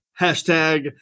Hashtag